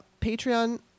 Patreon